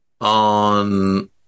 on